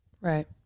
Right